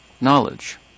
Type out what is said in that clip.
knowledge